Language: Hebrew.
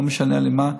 לא משנה לי מה,